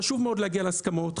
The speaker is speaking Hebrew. חשוב מאוד להגיע להסכמות,